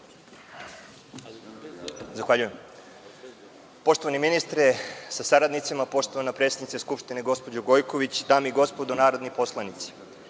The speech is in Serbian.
Zahvaljujem. Poštovani ministre, sa saradnicima, poštovane predstavnice Skupštine, gospođo Gojković, dame i gospodo narodni poslanici,